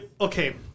Okay